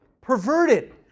Perverted